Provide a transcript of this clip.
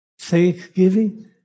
thanksgiving